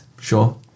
Sure